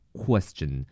question